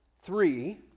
Three